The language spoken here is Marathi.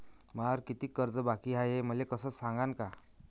मायावर कितीक कर्ज बाकी हाय, हे मले सांगान का?